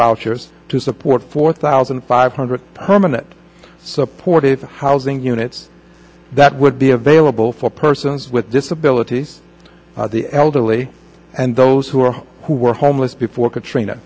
vouchers to support four thousand five hundred permanent supportive housing units that would be available for persons with disabilities the elderly and those who are who were homeless before katrina